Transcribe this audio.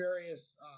various